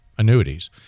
Annuities